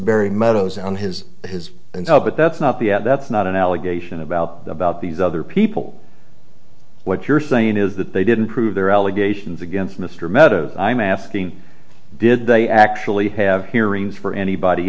barry meadows on his his but that's not the ad that's not an allegation about about these other people what you're saying is that they didn't prove their allegations against mr meadows i'm asking did they actually have hearings for anybody